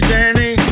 Danny